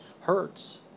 hurts